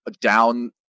down